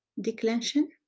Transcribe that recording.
declension